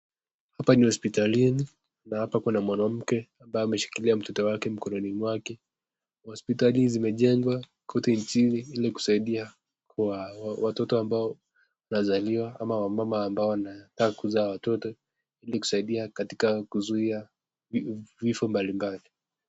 Hapa ni hospitali na hapa Kuna mwanamke ambaye ameshikia mtu wake mikononi mwake, hospitali imechengwa kote nchini hili kisaidia watoto amba wanasaliwa na wamama ambao wanataka kuzaa watoto hili kusadi kuzuia kifo mbalimbali.